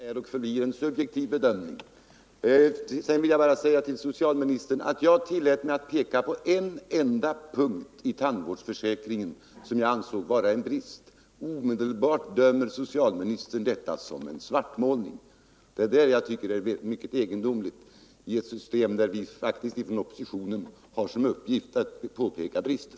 Fru talman! Till herr Nordberg: Detta är och förblir en subjektiv bedömning. Jag tillät mig, herr socialminister, att peka på en enda punkt i tandvårdsförsäkringen som jag ansåg vara en brist. Omedelbart bedömde socialministern detta som svartmålning. Det är det som jag tycker är mycket egendomligt, eftersom vi faktiskt inom oppositionen har som uppgift att påpeka brister.